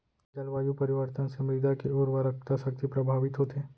का जलवायु परिवर्तन से मृदा के उर्वरकता शक्ति प्रभावित होथे?